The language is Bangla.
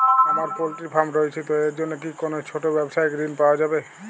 আমার পোল্ট্রি ফার্ম রয়েছে তো এর জন্য কি কোনো ছোটো ব্যাবসায়িক ঋণ পাওয়া যাবে?